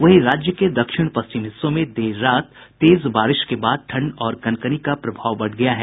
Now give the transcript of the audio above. वहीं राज्य के दक्षिण पश्चिम हिस्सों में देर रात तेज बारिश के बाद ठंड और कनकनी का प्रभाव बढ़ गया है